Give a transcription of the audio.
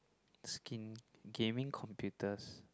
asking gaming computers